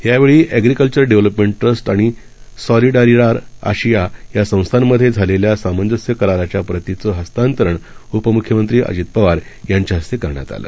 यावेळीऍग्रीकल्चरडेव्हलपमेंटट्रस्टआणिसॉलिडारिडारआशियायासंस्थांमध्येझालेल्यासामंजस्यकराराच्याप्र तीचंहस्तांतरणउपम्ख्यमंत्रीअजितपवारयांच्याहस्तेकरण्यातआलं